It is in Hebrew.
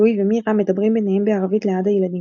לואי ומירה מדברים ביניהם בערבית ליד הילדים.